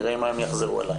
נראה עם מה יחזור אלי